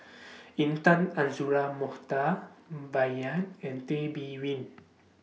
Intan Azura Mokhtar Bai Yan and Tay Bin Win